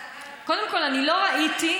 קודם כול, אני לא ראיתי.